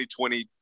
2020